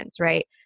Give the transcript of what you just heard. right